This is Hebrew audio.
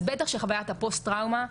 אז בטח שחוויית הפוסט-טראומה,